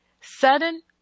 Sudden